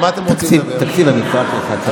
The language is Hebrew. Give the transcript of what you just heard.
תקציב המשרד שלך.